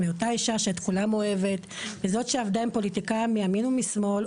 מאותה אישה שאת כולם אוהבת וזאת שעבדה עם פוליטיקאים מימין ומשמאל,